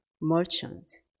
merchants